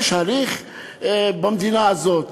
יש הליך במדינה הזאת,